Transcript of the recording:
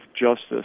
justice